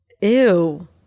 Ew